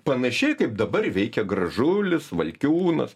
panašiai kaip dabar veikia gražulis valkiūnas